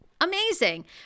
amazing